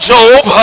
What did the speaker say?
Job